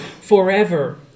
forever